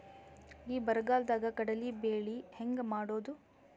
ಈ ಬರಗಾಲದಾಗ ಕಡಲಿ ಬೆಳಿ ಹೆಂಗ ಮಾಡೊದು?